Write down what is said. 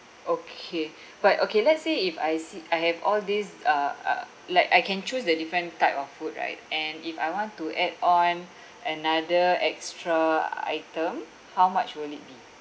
okay but okay let's say if I see I have all these uh uh like I can choose the different type of food right and if I want to add on another extra item how much will it be